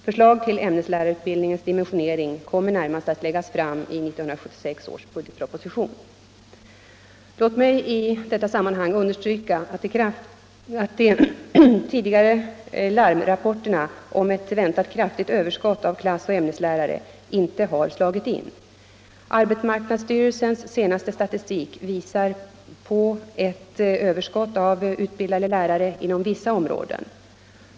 Förslag till lärarutbildningens 97 dimensionering kommer närmast att läggas fram i 1976 års budgetproposition. Låt mig i detta sammanhang understryka att de tidigare larmrapporterna om ett väntat kraftigt överskott av klassoch ämneslärare inte har slagit in. Arbetsmarknadsstyrelsens senaste statistik visar på ett överskott av utbildade lärare inom vissa områden.